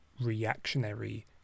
reactionary